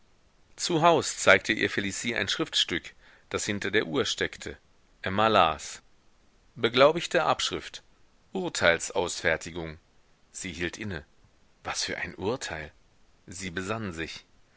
zu haus zeigte ihr felicie ein schriftstück das hinter der uhr steckte emma las beglaubigte abschrift urteilsausfertigung sie hielt inne was für ein urteil sie besann sich